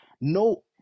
no